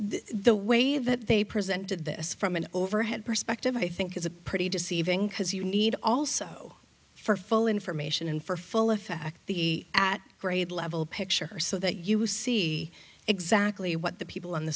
the way that they presented this from an overhead perspective i think is a pretty deceiving because you need also for full information and for full effect the at grade level picture or so that you see exactly what the people on the